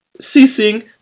ceasing